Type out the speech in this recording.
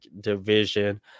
Division